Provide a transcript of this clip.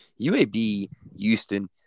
UAB-Houston